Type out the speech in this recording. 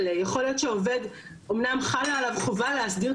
להסדיר את המעמד שלו גם אחרי שקרה לו איזה שהוא עניין,